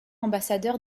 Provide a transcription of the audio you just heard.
ambassadeur